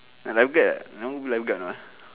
life guard ah I don't want life guard mah